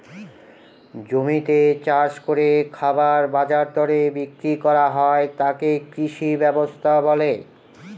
জমিতে চাষ করে খাবার বাজার দরে বিক্রি করা হয় তাকে কৃষি ব্যবস্থা বলে